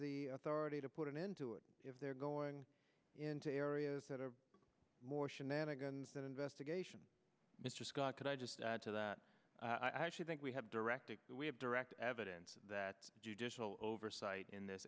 the authority to put an end to it if they're going into areas that are more shenanigans that investigation mr scott could i just add to that i actually think we have directed that we have direct evidence that judicial oversight in this